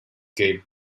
get